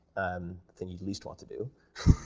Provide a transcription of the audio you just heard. um thing you least want to do,